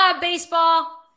baseball